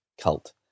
cult